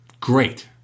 great